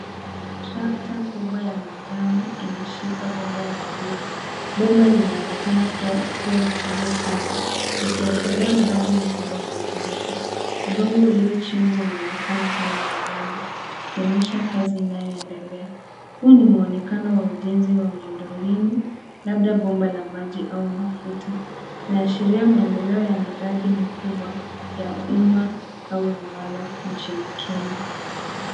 Tractor kubwa ya manjano inashika bomba la buluu. Bomba linaonekana kuwa kubwa sana, likiashiria mradi mkubwa wa ujenzi. Udongo uliochimbwa unaonekana kando ya bomba, ukionyesha kazi inayoendelea. Huu ni muonekano wa ujenzi wa miundo mbinu labda bomba la maji au mafuta. Inaashiria maendeleo ya miradi mikubwa ya umma au viwanda nchini Kenya.